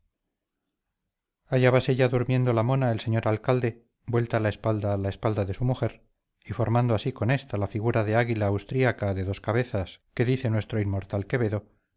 hallábase ya durmiendo la mona el señor alcalde vuelta la espalda a la espalda de su mujer y formando así con ésta la figura de águila austríaca de dos cabezas que dice nuestro inmortal quevedo